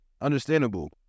Understandable